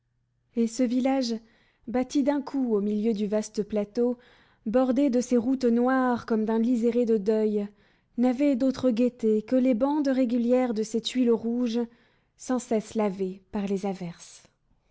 et ce village bâti d'un coup au milieu du vaste plateau bordé de ses routes noires comme d'un liséré de deuil n'avait d'autre gaieté que les bandes régulières de ses tuiles rouges sans cesse lavées par les averses